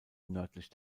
nördlich